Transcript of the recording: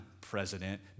president